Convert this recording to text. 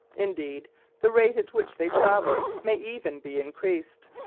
indeed the rate at which they travel may even be increased.